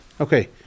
Okay